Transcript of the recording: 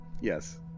yes